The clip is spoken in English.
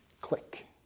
click